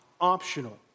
optional